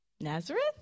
Nazareth